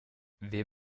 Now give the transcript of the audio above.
wer